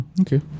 Okay